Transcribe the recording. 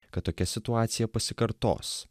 kad tokia situacija pasikartos